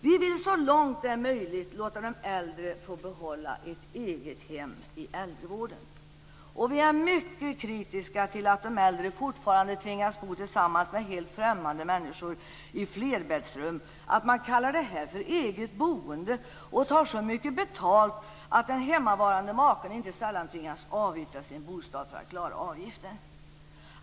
Vi vill så långt det är möjligt låta de äldre få behålla ett eget hem i äldrevården. Vi är mycket kritiska till att de äldre fortfarande tvingas bo tillsammans med helt främmande människor i flerbäddsrum. Man kallar detta för eget boende och tar så mycket betalt att den hemmavarande maken inte sällan tvingas avyttra sin bostad för att klara avgiften.